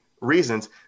reasons